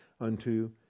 unto